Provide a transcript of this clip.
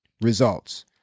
results